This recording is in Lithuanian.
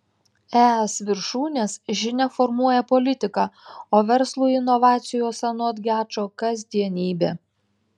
es viršūnės žinia formuoja politiką o verslui inovacijos anot gečo kasdienybė